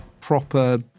proper